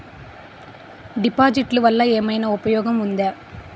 డిపాజిట్లు వల్ల ఏమైనా ఉపయోగం ఉందా?